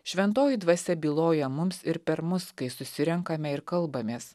šventoji dvasia byloja mums ir per mus kai susirenkame ir kalbamės